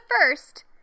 first